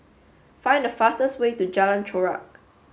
find the fastest way to Jalan Chorak